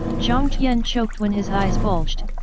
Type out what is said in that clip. jiang tian choked when his eyes bulged,